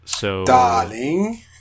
Darling